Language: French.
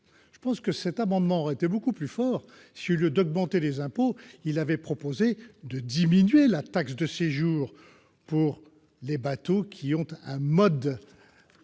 Je pense que cet amendement aurait été beaucoup plus pertinent si, au lieu d'augmenter les impôts, il avait eu pour objet de diminuer la taxe de séjour des bateaux ayant un mode